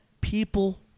people